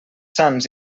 sants